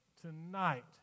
tonight